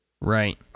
Right